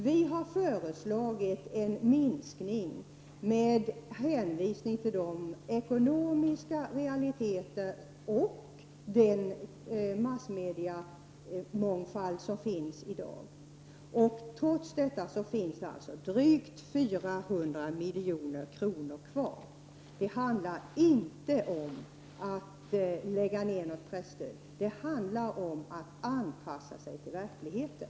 Vi har föreslagit en minskning med hänvisning till de ekonomiska realiteter och den massmediemångfald som finns i dag. Trots detta finns alltså drygt 400 milj.kr. kvar. Det handlar inte om att lägga ner presstöd. Det handlar om att anpassa sig till verkligheten.